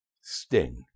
Sting